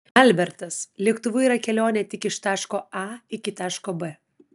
albertas lėktuvu yra kelionė tik iš taško a iki taško b